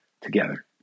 together